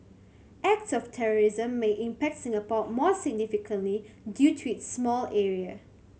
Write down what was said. acts of terrorism may impact Singapore more significantly due to its small area